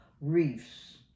reefs